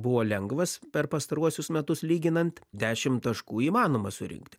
buvo lengvas per pastaruosius metus lyginant dešim taškų įmanoma surinkti